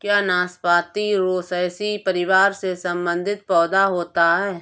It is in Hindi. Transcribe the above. क्या नाशपाती रोसैसी परिवार से संबंधित पौधा होता है?